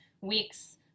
weeks